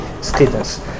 students